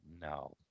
no